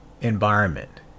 environment